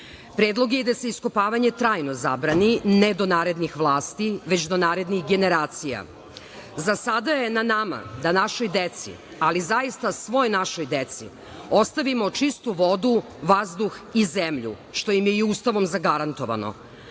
Predlog je i da se iskopavanje trajno zabrani, ne do narednih vlasti, već do narednih generacija. Za sada je na nama da našoj deci, ali zaista svoj našoj deci, ostavimo čistu vodu, vazduh i zemlju, što im je i Ustavom zagarantovano,